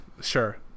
Sure